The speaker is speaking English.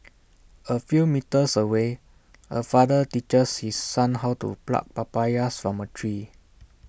A few metres away A father teaches his son how to pluck papayas from A tree